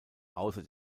außer